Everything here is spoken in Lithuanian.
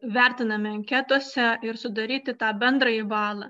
vertinami anketose ir sudaryti tą bendrąjį balą